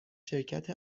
شرکت